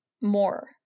more